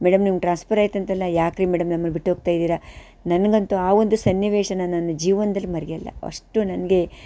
madam ನಿಮ್ಗೆ transfer ಆಯಿತಂತಲ್ಲ ಯಾಕ್ರೀ ಮೇಡಂ ನಮ್ಮನ್ನು ಬಿಟ್ಟು ಹೋಗ್ತಾ ಇದ್ದೀರಾ ನನಗಂತೂ ಆ ಒಂದು ಸನ್ನಿವೇಶ ನಾನು ನನ್ನ ಜೀವನದಲ್ಲಿ ಮರೆಯಲ್ಲ ಅಷ್ಟು ನನಗೆ